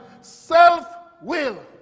self-will